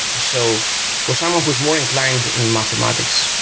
so for someone who's more inclined in mathematics,